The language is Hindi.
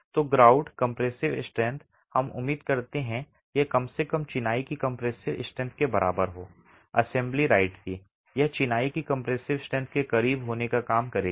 तो ग्राउट कंप्रेसिव स्ट्रेंथ हम उम्मीद करते हैं कि यह कम से कम चिनाई की कंप्रेसिव स्ट्रेंथ के बराबर हो असेंबली राईट की यह चिनाई की कंप्रेसिव स्ट्रेंथ के करीब होने का काम करेगी